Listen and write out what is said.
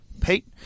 Pete